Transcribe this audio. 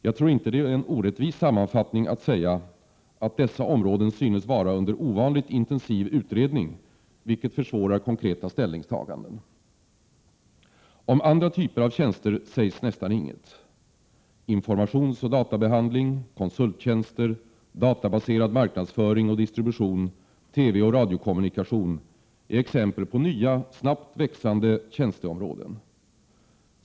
Jag tror inte det är en orättvis sammanfattning att säga att dessa områden synes vara under ovanligt intensiv utredning, vilket försvårar konkreta ställningstaganden. Om andra typer av tjänster sägs nästan inget. Informationsoch databehandling, konsulttjänster, databaserad marknadsföring och distribution, TV och radiokommunikation är exempel på nya, snabbt växande tjänsteområden.